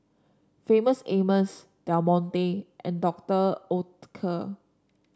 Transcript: Famous Amos Del Monte and Doctor Oetker